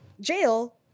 jail